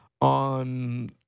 on